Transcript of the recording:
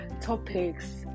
topics